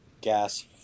gas